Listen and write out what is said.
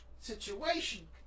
situation